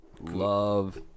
love